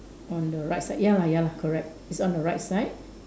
on the right side ya lah ya lah correct it's on the right side